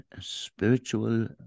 spiritual